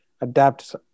adapt